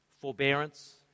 Forbearance